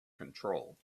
control